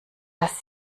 dass